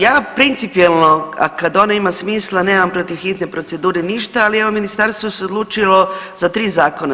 Ja principijelno, a kad ona ima smisla, nemam protiv hitne procedure ništa, ali evo, Ministarstvo se odlučilo za 3 zakona.